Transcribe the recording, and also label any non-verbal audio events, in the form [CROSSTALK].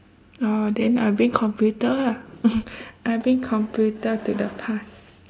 oh then I bring computer ah [LAUGHS] I bring computer to the past